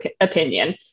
opinion